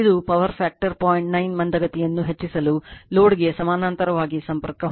9 ಮಂದಗತಿಯನ್ನು ಹೆಚ್ಚಿಸಲು ಲೋಡ್ಗೆ ಸಮಾನಾಂತರವಾಗಿ ಸಂಪರ್ಕ ಹೊಂದಿದೆ